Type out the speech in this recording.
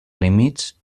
límits